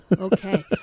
Okay